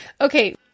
Okay